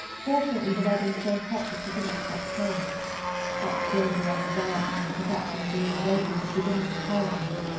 fortunately, the weather is so hot that she cannot get cold but still the anxiety and the perpetually being wakened is beginning to tell on me,